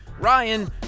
Ryan